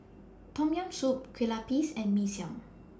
Tom Yam Soup Kueh Lapis and Mee Siam